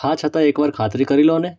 હા છતાંય એકવાર ખાતરી કરી લો ને